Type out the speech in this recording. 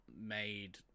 made